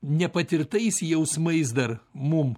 nepatirtais jausmais dar mum